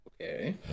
Okay